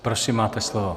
Prosím, máte slovo.